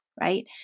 Right